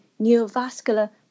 neovascular